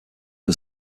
was